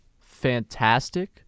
fantastic